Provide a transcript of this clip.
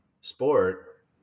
sport